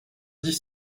dix